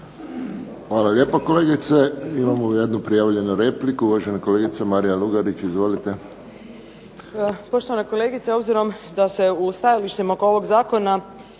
Hvala lijepo kolegice. Imamo jednu prijavljenu repliku. Uvažena kolegica Marija Lugarić. Izvolite. **Lugarić, Marija (SDP)** Poštovana kolegice obzirom da se u stajalištima oko ovog zakona